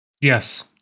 Yes